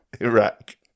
Iraq